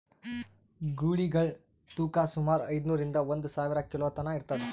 ಗೂಳಿಗಳ್ ತೂಕಾ ಸುಮಾರ್ ಐದ್ನೂರಿಂದಾ ಒಂದ್ ಸಾವಿರ ಕಿಲೋ ತನಾ ಇರ್ತದ್